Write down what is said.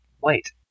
wait